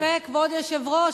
יפה, כבוד היושב-ראש.